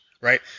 right